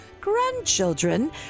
grandchildren